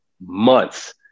months